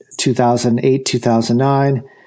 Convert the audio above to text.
2008-2009